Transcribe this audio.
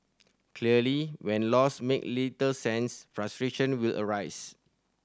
clearly when laws make little sense frustration will arise